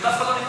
ואף אחד לא,